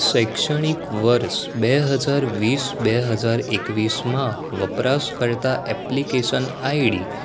શૈક્ષણિક વર્ષ બે હજાર વીસ બે હજાર એકવીસમાં વપરાશકર્તા એપ્લિકેશન આઈડી